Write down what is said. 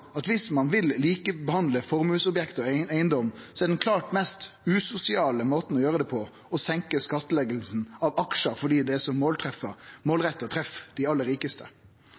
den klart mest usosiale måten å gjere det på, å senke skattlegginga av aksjar, fordi det så målretta treff dei aller